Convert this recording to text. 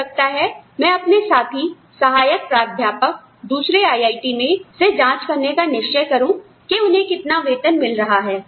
हो सकता है मैं अपने साथी सहायक प्राध्यापक दूसरे IIT में से जांच करने का निश्चय करूँ कि उन्हें कितना वेतन मिल रहा है